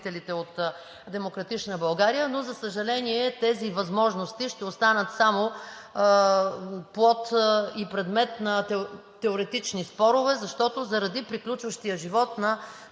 възможности ще останат само предмет на теоретични спорове, защото заради приключващия живот на